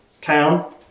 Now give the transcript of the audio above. town